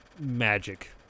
magic